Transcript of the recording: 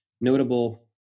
notable